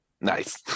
Nice